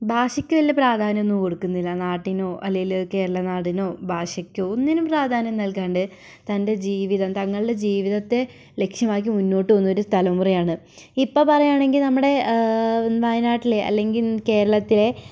ഭാഷയ്ക്ക് വലിയ പ്രധാന്യമൊന്നും കൊടുക്കുന്നില്ല നാട്ടിനോ അല്ലേൽ കേരള നാടിനൊ ഭാഷയ്ക്കോ ഒന്നിനും പ്രാധാന്യം നൽകാണ്ട് തൻറ്റെ ജീവിതം തങ്ങളുടെ ജീവിതത്തെ ലക്ഷ്യമാക്കി മുന്നോട്ട് പോകുന്ന ഒരു തല മുറയാണ് ഇപ്പം പറയുവാണെങ്കിൽ നമ്മുടെ വയനാട്ടിലെ അല്ലെങ്കിൽ കേരളത്തിലെ